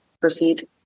proceed